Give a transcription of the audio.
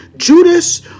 Judas